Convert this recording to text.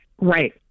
Right